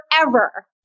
forever